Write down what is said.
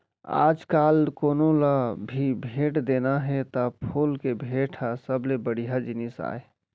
आजकाल कोनों ल भी भेंट देना हे त फूल के भेंट ह सबले बड़िहा जिनिस आय